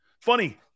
Funny